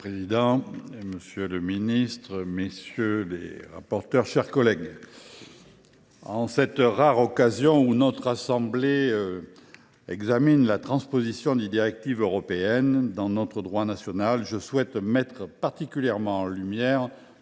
Monsieur le président, monsieur le ministre, messieurs les rapporteurs, mes chers collègues, en cette rare occasion où notre assemblée examine la transposition des directives européennes dans notre droit national, je souhaite mettre en lumière